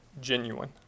genuine